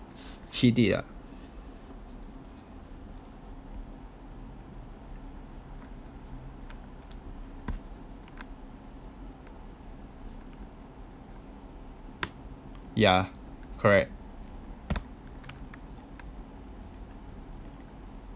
it it ah yeah correct